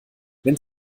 wenn